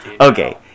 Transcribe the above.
Okay